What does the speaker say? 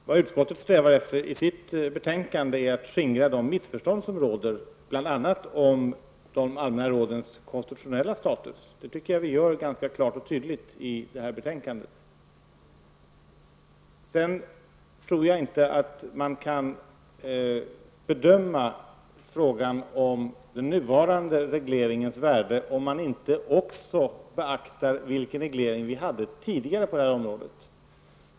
Herr talman! Vad utskottet strävar efter i sitt betänkande är att skingra de missuppfattningar som råder bl.a. om de allmänna rådens konstitutionella status. Det tycker jag framgår ganska klart och tydligt i betänkandet. Jag tror inte att man kan bedöma frågan om den nuvarande regleringens värde om man inte också beaktar vilken reglering vi hade tidigare på det här området.